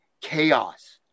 chaos